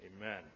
Amen